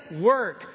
work